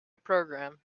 program